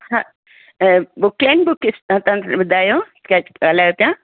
हा वोकेन बुकिश मां तव्हां बुधायो पिया ॻाल्हायो पिया